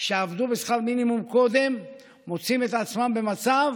שעבדו בשכר מינימום קודם מוצאים את עצמם במצב